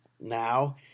now